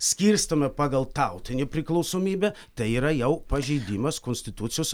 skirstome pagal tautinę priklausomybę tai yra jau pažeidimas konstitucijos